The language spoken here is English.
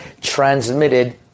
transmitted